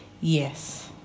yes